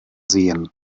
sehen